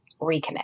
recommit